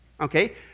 Okay